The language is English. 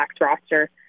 roster